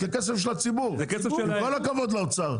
זה כסף של הציבור, עם כל הכבוד לאוצר.